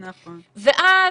ואז,